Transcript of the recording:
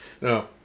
No